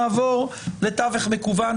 נעבור לתווך מקוון,